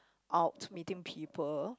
out meeting people